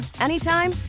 anytime